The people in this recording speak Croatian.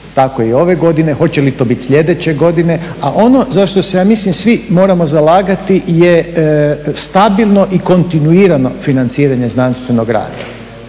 tako i ove godine, hoće li to biti sljedeće godine a ono za što se ja mislim svi moramo zalagati je stabilno i kontinuirano financiranje znanstvenog rada.